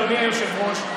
אדוני היושב-ראש,